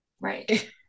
right